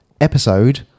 episode